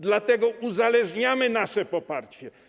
Dlatego uzależniamy nasze poparcie.